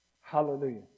Hallelujah